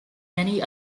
many